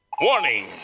Warning